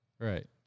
Right